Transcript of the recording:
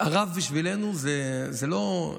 הרב בשבילנו זה לא,